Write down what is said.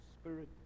spirit